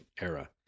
era